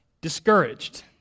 discouraged